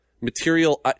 material